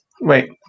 wait